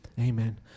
amen